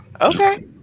okay